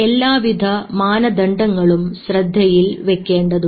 എല്ലാവിധ മാനദണ്ഡങ്ങളും ശ്രദ്ധയിൽ വയ്ക്കേണ്ടതുണ്ട്